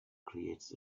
creates